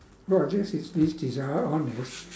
well this is his desire honest